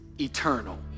eternal